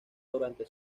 durante